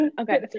okay